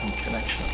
connection.